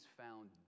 found